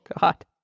God